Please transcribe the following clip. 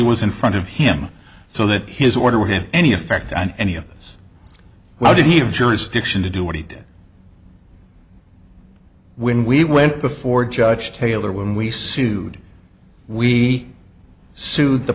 was in front of him so that his order with him any effect on any of us why did he have jurisdiction to do what he did when we went before judge taylor when we sued we sued the